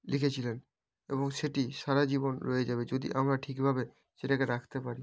লিখেছিলেন এবং সেটি সারা জীবন রয়ে যাবে যদি আমরা ঠিকভাবে সেটাকে রাখতে পারি